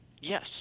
yes